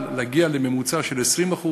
אבל להגיע לממוצע של 20%,